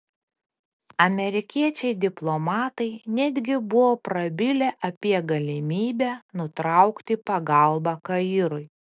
amerikiečiai diplomatai netgi buvo prabilę apie galimybę nutraukti pagalbą kairui